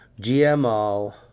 GMO